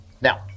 now